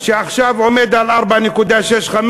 שעכשיו עומד על 4.65%,